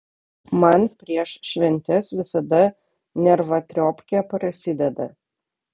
man prieš šventes visada nervatriopkė prasideda